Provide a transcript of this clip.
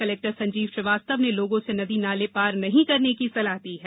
collector Sanjeev Srivastava ने लोगों को नदी नाले पार नहीं करने की सलाह दी है